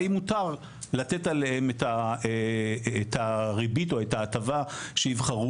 האם מותר לתת עליהם את הריבית או את ההטבה שייבחרו